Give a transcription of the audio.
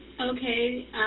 Okay